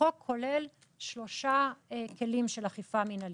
החוק כולל שלושה כלים של אכיפה מינהלית.